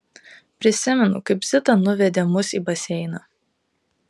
prisimenu kaip zita nuvedė mus į baseiną